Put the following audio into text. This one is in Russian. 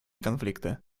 конфликта